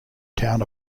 town